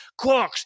Quarks